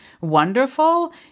wonderful